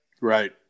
Right